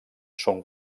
són